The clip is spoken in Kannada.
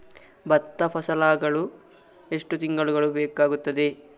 ಭತ್ತ ಫಸಲಾಗಳು ಎಷ್ಟು ತಿಂಗಳುಗಳು ಬೇಕಾಗುತ್ತದೆ?